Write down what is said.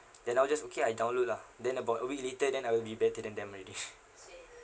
then I'll just okay I download lah then about a week later then I will be better than them already